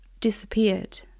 disappeared